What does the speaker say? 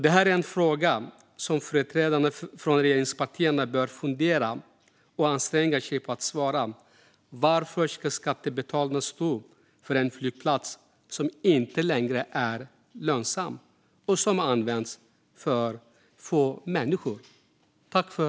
Det är en fråga som företrädarna från regeringspartierna bör fundera över och anstränga sig för att svara på. Varför ska skattebetalarna stå för en flygplats som inte längre är lönsam och som används av få människor?